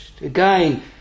Again